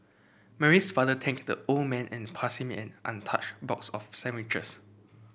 Mary's father thanked the old man and passed him an untouched box of sandwiches